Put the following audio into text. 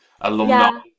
alumni